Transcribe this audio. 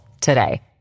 today